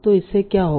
तो इससे क्या होगा